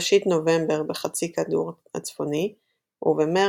או ראשית נובמבר בחצי הכדור הצפוני ובמרץ,